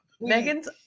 Megan's